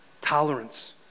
Tolerance